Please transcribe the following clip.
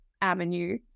avenue